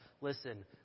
Listen